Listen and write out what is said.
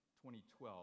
2012